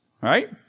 right